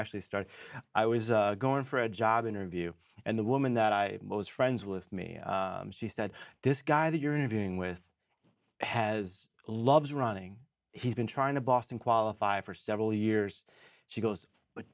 actually started i was going for a job interview and the way and that i was friends with me she said this guy that you're interviewing with has loves running he's been trying to boston qualify for several years she goes but